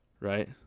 Right